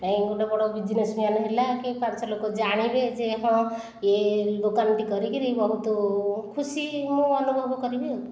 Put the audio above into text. ନାଇଁ ଗୋଟିଏ ବଡ଼ ବିଜିନେସ୍ ମ୍ୟାନ୍ ହେଲା କି ପାଞ୍ଚ ଲୋକ ଜାଣିବେ ହଁ ଏ ଦୋକାନଟି କରିକରି ବହୁତ ଖୁସି ମୁଁ ଅନୁଭବ କରିବି ଆଉ